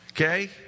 Okay